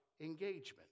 Engagement